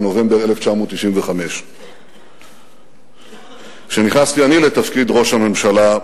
בנובמבר 1995. כשנכנסתי אני לתפקיד ראש הממשלה,